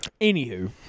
Anywho